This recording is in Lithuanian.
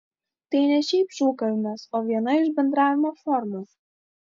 tai ne šiaip šūkavimas o viena iš bendravimo formų